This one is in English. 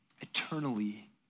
eternally